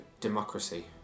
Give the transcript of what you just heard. democracy